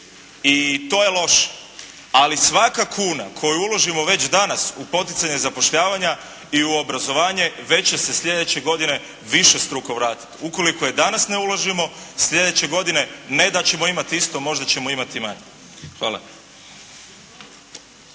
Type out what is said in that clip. i to je loše, ali svaka kuna koju uložimo već danas u poticanje zapošljavanja i u obrazovanje već će se slijedeće godine višestruko vratiti. Ukoliko je danas ne uložimo slijedeće godine ne da ćemo imati isto, možda ćemo imati i manje. Hvala.